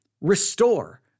restore